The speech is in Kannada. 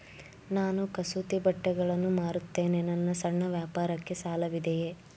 ನಾನು ಕಸೂತಿ ಬಟ್ಟೆಗಳನ್ನು ಮಾರುತ್ತೇನೆ ನನ್ನ ಸಣ್ಣ ವ್ಯಾಪಾರಕ್ಕೆ ಸಾಲವಿದೆಯೇ?